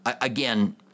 Again